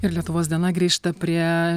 ir lietuvos diena grįžta prie